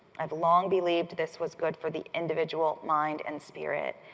i've long believed this was good for the individual mind and spirit.